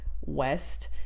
west